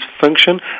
function